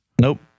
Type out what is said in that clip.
Nope